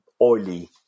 oily